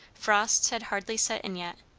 frosts had hardly set in yet,